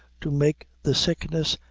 to make the sickness,